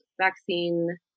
vaccine